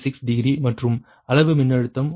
936 degree மற்றும் அளவு மின்னழுத்தம் 1